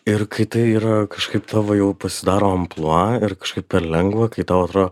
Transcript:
ir kai tai yra kažkaip tavo jau pasidaro amplua ir kažkaip per lengva kai tau atro